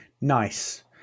nice